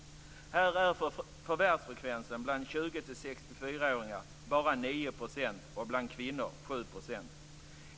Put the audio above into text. Här är förvärvsfrekvensen bland 20-64-åringar bara 9 % och bland kvinnor 7 %.